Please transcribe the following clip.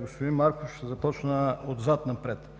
Господин Марков, ще започна отзад напред.